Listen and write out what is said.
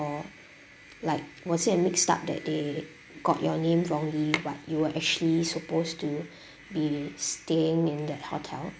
like was it a mixed up that they got your name wrongly but you were actually supposed to be staying in that hotel